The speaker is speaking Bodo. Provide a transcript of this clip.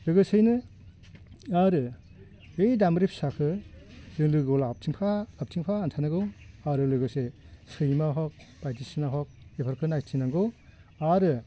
लोगोसेयैनो आरो बै दामब्रि फिसाखौ जों लोगोआव लाबथिंफा लाबथिंफा थांनांगौ आरो लोगोसे सैमा हक बायदिसिना हक बेफोरखौ नायथिंनांगौ आरो